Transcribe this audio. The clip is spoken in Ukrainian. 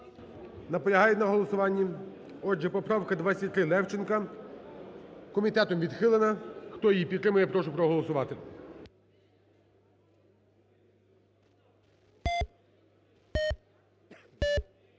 Наполягають на голосуванні? Отже, поправка 23 Левченка комітетом відхилена. Хто її підтримує, прошу проголосувати.